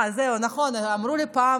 זהו, נכון, אמרו לי פעם